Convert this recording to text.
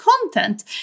content